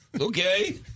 Okay